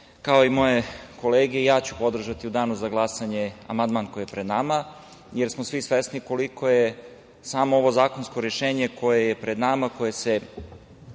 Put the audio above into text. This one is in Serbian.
kao i moje kolege i ja ću podržati u danu za glasanje amandman koji je pred nama, jer smo svi svesni koliko je samo ovo zakonsko rešenje koje je pred nama i